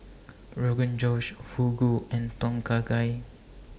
Rogan Josh Fugu and Tom Kha Gai